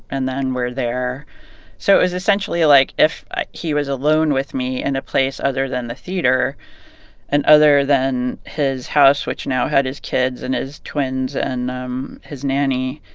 and then we're there so it was essentially, like, if he was alone with me in a place other than the theater and other than his house, which now had his kids and his twins and um his nanny